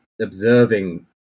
observing